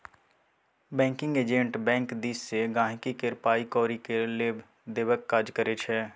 banking agent bank दिस सँ गांहिकी केर पाइ कौरी केर लेब देबक काज करै छै